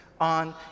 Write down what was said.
on